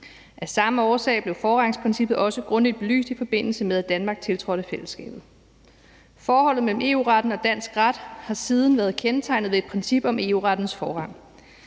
Af samme årsag blev forrangsprincippet også grundigt belyst, i forbindelse med at Danmark tiltrådte fællesskabet. Forholdet mellem EU-retten og dansk ret har siden været kendetegnet ved et princip om EU-rettens forrang.